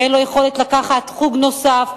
שאין לו יכולת להיות בחוג נוסף,